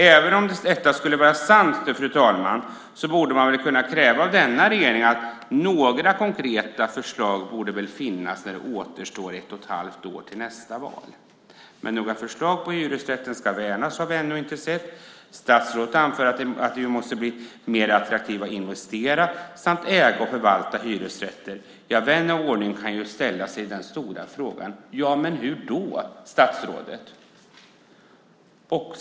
Även om detta skulle vara sant, fru talman, borde man kunna kräva av denna regering att några konkreta förslag borde finnas när det återstår ett och ett halvt år till nästa val. Men några förslag om att hyresrätten ska värnas har vi ännu inte sett. Statsrådet anför att det måste bli mer attraktivt att investera i samt äga och förvalta hyresrätter. Vän av ordning kan ställa sig den stora frågan: Hur då, statsrådet?